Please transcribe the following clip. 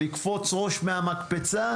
כולל לקפוץ ראש מהמקפצה,